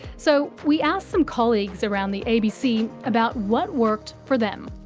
so we asked some colleagues around the abc about what worked for them.